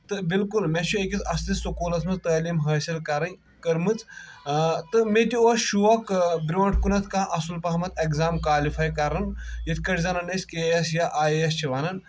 تہٕ بالکُل مےٚ چھِ أکِس اصلِس سکوٗلس منٛز تعلیٖم حٲصِل کرٕنۍ کٔرمٕژ تہٕ مےٚ تہِ اوس شوق برٛونٛٹھ کُنتھ کانٛہہ اصل پہمتھ ایٚکزام کالفاے کرُن یِتھ کٲٹھۍ زن ونن ٲسۍ کے اے اٮ۪س یا اَیۍ اے اٮ۪س چھِ ونن